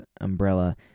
umbrella